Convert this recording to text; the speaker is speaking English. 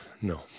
No